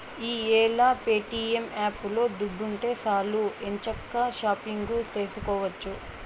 ఈ యేల ప్యేటియం యాపులో దుడ్డుంటే సాలు ఎంచక్కా షాపింగు సేసుకోవచ్చు